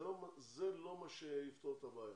זה לא מה שיפתור את הבעיה.